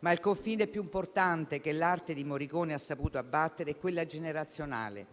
Ma il confine più importante che l'arte di Morricone ha saputo abbattere è quello generazionale: